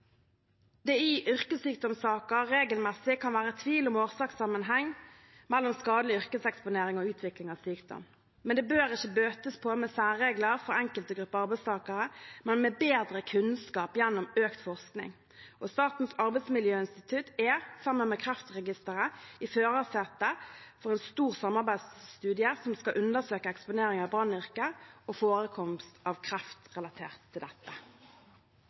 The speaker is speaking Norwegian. det i yrkessykdomssaker regelmessig kan være tvil om årsakssammenheng mellom skadelig yrkeseksponering og utvikling av sykdom. Det bør ikke bøtes på med særregler for enkelte grupper arbeidstakere, men med bedre kunnskap gjennom økt forskning. Statens arbeidsmiljøinstitutt er sammen med Kreftregisteret i førersetet for en stor samarbeidsstudie som skal undersøke eksponering i brannyrket og forekomst av kreft relatert til dette.